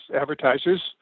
advertisers